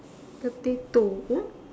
potato oh